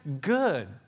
good